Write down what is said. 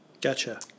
Gotcha